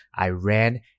Iran